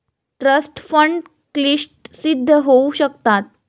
trust fund क्लिष्ट सिद्ध होऊ शकतात